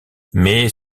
mais